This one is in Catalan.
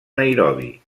nairobi